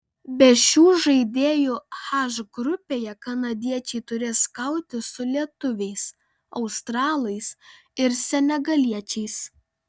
be šių žaidėjų h grupėje kanadiečiai turės kautis su lietuviais australais ir senegaliečiais